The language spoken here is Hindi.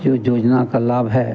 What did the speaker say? जो योजना का लाभ है